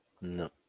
no